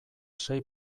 sei